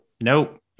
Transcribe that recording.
Nope